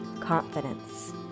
confidence